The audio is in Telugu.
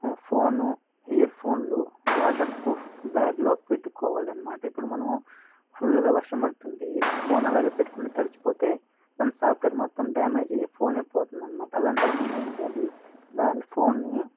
ఫోన్ ఇయర్ఫోన్లు వాటర్ప్రూఫ్ బ్యాగ్లో పెట్టుకోవాలన్నమాట ఇప్పుడు మనం ఫుల్గా వర్షం పడుతోంది ఫోన్ అలాగే పెట్టుకుంటే తడిసిపోతే దాని సాఫ్ట్వేర్ మొత్తం డ్యామేజ్ అయ్యి ఫోనే పోతుందన్నమాట అలాంటప్పుడు మనం ఏం చేయాలి దాని ఫోన్ని